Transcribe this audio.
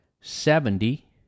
seventy